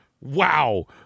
wow